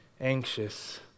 anxious